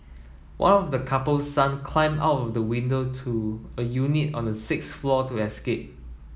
one of the couple's son climbed out of the window to a unit on the sixth floor to escape